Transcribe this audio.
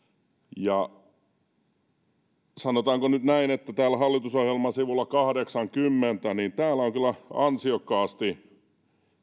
sanotaanko nyt näin että täällä hallitusohjelman sivulla kahdeksankymmentä on kyllä ansiokkaasti